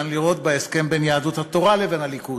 לראות בהסכם בין יהדות התורה לבין הליכוד,